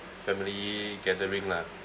family gathering lah